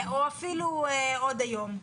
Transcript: או אפילו עוד היום.